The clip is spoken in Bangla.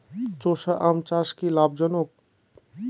চোষা আম চাষ কি লাভজনক?